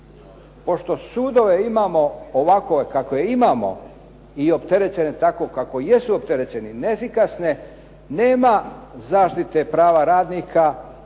Pošto sudove imamo ovakve kakve imamo i opterećene tako kako jesu opterećeni, neefikasne, nema zaštite prava radnika niti